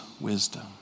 wisdom